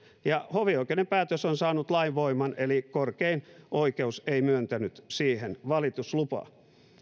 vastainen hovioikeuden päätös on saanut lainvoiman eli korkein oikeus ei myöntänyt siihen valituslupaa